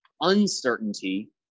uncertainty